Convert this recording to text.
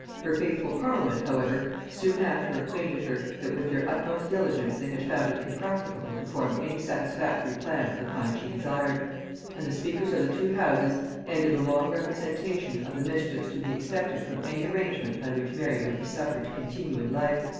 her faithful parliament, however, soon after acquainted her, that with their utmost diligence they had found it impracticable to form any satisfactory plan of the kind she desired and the speakers of the two houses ended a long representation of the mischiefs to be expected from any arrangement by which mary would be suffered to continue in life,